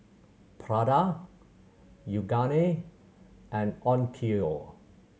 Prada Yoogane and Onkyo